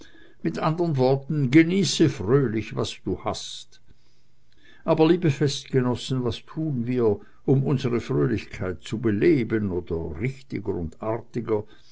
mit anderen worten genieße fröhlich was du hast aber liebe festgenossen was tun wir um unsere fröhlichkeit zu beleben oder richtiger und artiger